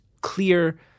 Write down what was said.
clear